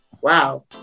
Wow